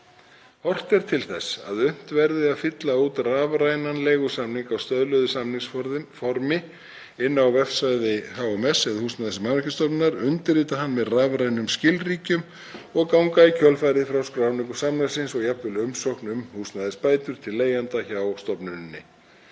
Horft er til þess að unnt verði að fylla út rafrænan leigusamning á stöðluðu samningsformi inni á vefsvæði Húsnæðis- og mannvirkjastofnunar, undirrita hann með rafrænum skilríkjum og ganga í kjölfarið frá skráningu samningsins og jafnvel umsókn um húsnæðisbætur til leigjenda hjá stofnuninni.